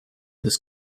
this